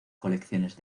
colecciones